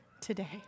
today